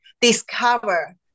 discover